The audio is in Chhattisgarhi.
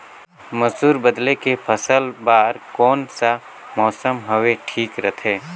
मसुर बदले के फसल बार कोन सा मौसम हवे ठीक रथे?